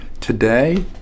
Today